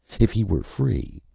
if he were free,